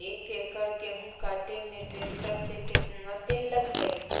एक एकड़ गेहूं काटे में टरेकटर से केतना तेल लगतइ?